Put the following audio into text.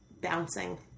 bouncing